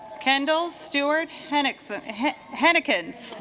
kendall stewart tenex of henequen